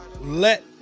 let